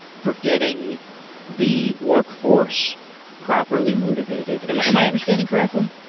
for getting the workforce properly motivated. am am i understanding correctly?